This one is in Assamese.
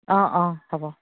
অ অ হ'ব